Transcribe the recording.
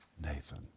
Nathan